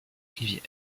rivière